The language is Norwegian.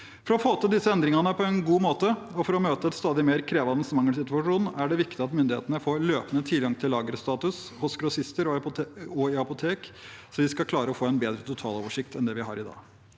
For å få til disse endringene på en god måte og for å møte en stadig mer krevende mangelsituasjon er det viktig at myndighetene får løpende tilgang til lagerstatus hos grossister og i apotek, slik at vi skal klare å få en bedre totaloversikt enn det vi har i dag.